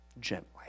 Gently